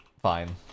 fine